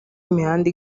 imihanda